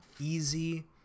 easy